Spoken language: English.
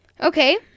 Okay